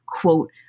quote